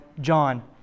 John